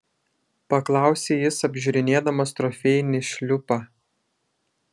paklausė jis apžiūrinėdamas trofėjinį šliupą